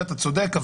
ואתה צודק,